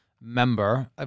member